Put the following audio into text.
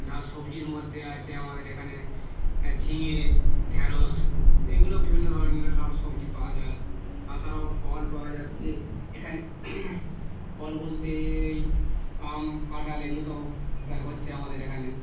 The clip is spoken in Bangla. ধান সবজির মধ্যে আছে আমাদের এখানে ঝিঙে ঢ্যাঁড়স এগুলো বিভিন্ন ধরনের আরও সবজি পাওয়া যায় তাছাড়াও ফল পাওয়া যাচ্ছে এখানে ফল বলতে এই আম কাঁঠাল এগুলো তো প্রায় হচ্ছে আমাদের এখানে